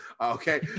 okay